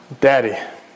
Daddy